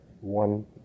one